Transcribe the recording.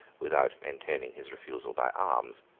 without maintaining his refusal by arms.